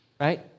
Right